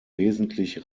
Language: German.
wesentlich